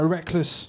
Reckless